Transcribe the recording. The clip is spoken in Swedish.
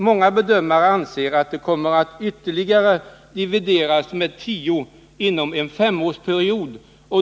Många bedömare anser att priset ytterligare kommer att divideras med tio inom en femårsperiod.